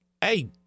Hey